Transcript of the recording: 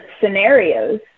scenarios